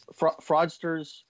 Fraudsters